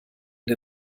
der